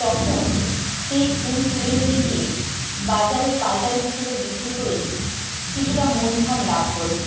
তখন সেই ফুল তুলে নিয়ে গিয়ে বাজারে পাইকারি হিসেবে বিক্রি করে কিছুটা মূলধন লাভ করি